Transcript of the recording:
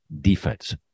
defense